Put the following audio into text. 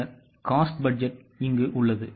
பின்னர் cost budget உள்ளன